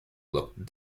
looked